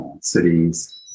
cities